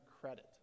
credit